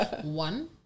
One